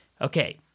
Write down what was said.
Okay